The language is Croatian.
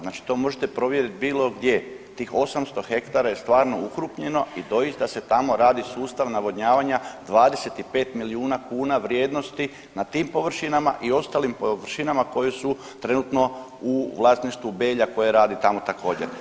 Znači to možete provjeriti bilo gdje tih 800 ha je stvarno ukrupnjeno i doista se tamo radi sustav navodnjavanja 25 milijuna kuna vrijednosti na tim površinama i ostalim površinama koje su trenutno u vlasništvu Belja koje rade tamo također.